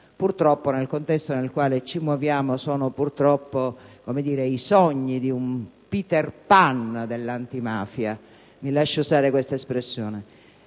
Purtroppo, nel contesto nel quale ci muoviamo, sono i sogni di un Peter Pan dell'antimafia, mi lasci usare questa espressione.